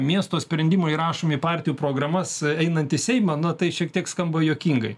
miesto sprendimai įrašomi į partijų programas einant į seimą na tai šiek tiek skamba juokingai